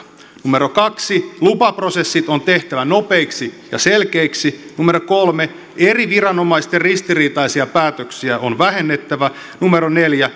numero kaksi lupaprosessit on tehtävä nopeiksi ja selkeiksi numero kolme eri viranomaisten ristiriitaisia päätöksiä on vähennettävä numero neljä